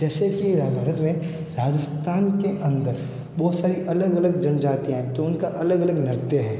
जैसे कि भारत में राजस्थान के अंदर बहुत सारी अलग अलग जनजातीयाँ हैं तो उनका अलग अलग नृत्य है